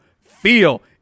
feel